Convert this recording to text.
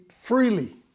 freely